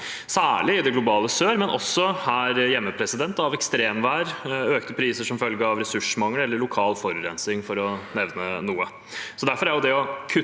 særlig i det globale sør, men også her hjemme – av ekstremvær, økte priser som følge av ressursmangel eller lokal forurensning, for å nevne noe.